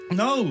no